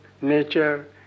nature